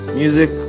music